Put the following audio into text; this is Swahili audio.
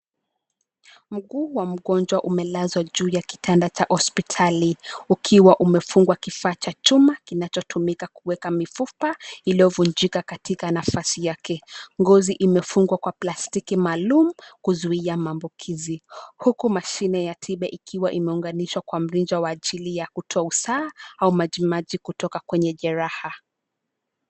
Mguu wa mgonjwa umelazwa juu ya kitanda cha hospitali ukiwa umefungwa kifaa cha chuma kinachotumika kuweka mifupa iliyovunjika katika nafasi yake. Ngozi imefungwa kwa plastiki maalum kuzuia maambukizi, huku mashine ya tiba ikiwa imeunganishwa kwa mrija kwa ajili ya kutoa usaha au majimaji kutoka kwenye jeraha.